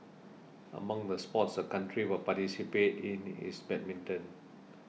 among the sports the country will participate in is badminton